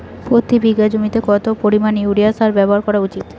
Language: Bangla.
প্রতি বিঘা জমিতে কত পরিমাণ ইউরিয়া সার ব্যবহার করা উচিৎ?